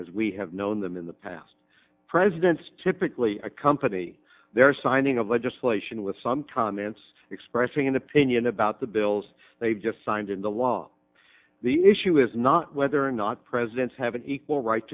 as we have known them in the past presidents typically accompany their signing of legislation with some tom ince expressing an opinion about the bills they've just signed into law the issue is not whether or not presidents have an equal right